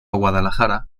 guadalajara